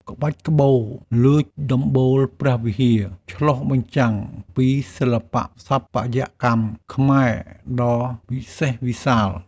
ក្បាច់ក្បូរលើដំបូលព្រះវិហារ ឆ្លុះបញ្ចាំងពីសិល្បៈស្ថាបត្យកម្មខ្មែរដ៏វិសេសវិសាល។